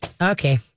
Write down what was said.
Okay